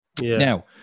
Now